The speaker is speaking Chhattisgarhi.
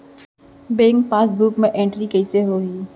बैंक पासबुक मा एंटरी कइसे होही?